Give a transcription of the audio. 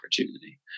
opportunity